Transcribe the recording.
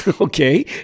okay